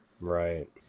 right